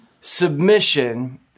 submission